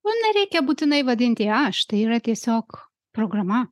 nu nereikia būtinai vadinti aš tai yra tiesiog programa